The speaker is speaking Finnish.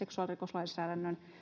seksuaalirikoslainsäädännön